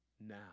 now